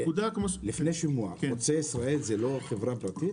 לפני השימוע, האם חוצה ישראל זה לא חברה פרטית?